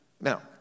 Now